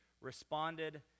responded